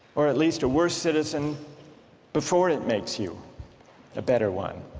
or at least a worse citizen before it makes you a better one